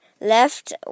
Left